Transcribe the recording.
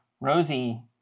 Rosie